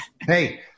Hey